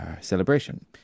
celebration